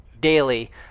daily